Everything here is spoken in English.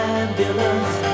ambulance